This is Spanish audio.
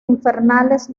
infernales